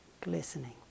glistening